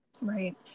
Right